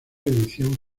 edición